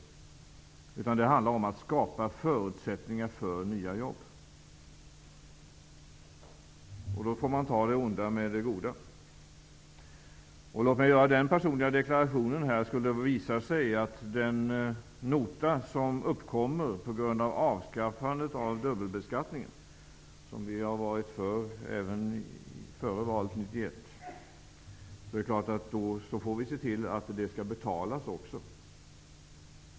Det handlar om att skapa förutsättningar för nya jobb, och då får man ta det onda med det goda. Låt mig här göra den personliga deklarationen, att om det uppkommer en nota på grund av avskaffandet av dubbelbeskattningen -- något som vi var för även före valet 1991 -- får vi se till att den betalas.